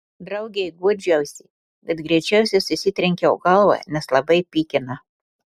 draugei guodžiausi kad greičiausiai susitrenkiau galvą nes labai pykina